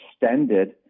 extended